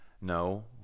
No